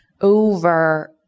over